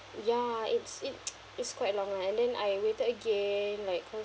ya it's it is quite long right and then I waited again like cause